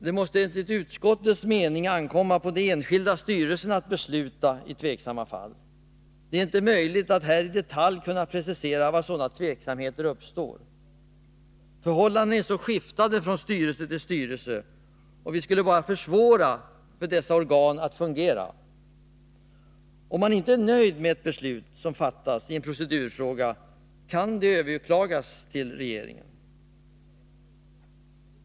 Det måste enligt utskottets mening ankomma på de enskilda styrelserna att besluta i tveksamma fall. Det är inte möjligt att här i detalj precisera var sådana tveksamheter kan uppstå. Förhållandena är så skiftande från styrelse till styrelse att vi bara skulle försvåra för dessa organ att fungera. Om någon inte är nöjd med ett beslut som fattas i en procedurfråga kan det överklagas till regeringen.